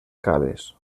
cales